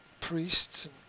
priests